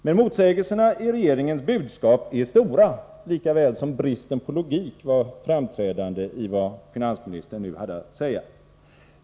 Men motsägelserna i regeringens budskap är stora, likaväl som bristen på logik var framträdande i det som finansministern nu hade att säga.